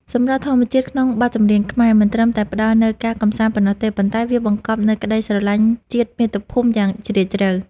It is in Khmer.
សម្រស់ធម្មជាតិក្នុងបទចម្រៀងខ្មែរ មិនត្រឹមតែផ្ដល់នូវការកម្សាន្តប៉ុណ្ណោះទេ ប៉ុន្តែវាបង្កប់នូវក្ដីស្រឡាញ់ជាតិមាតុភូមិយ៉ាងជ្រាលជ្រៅ។